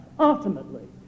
Ultimately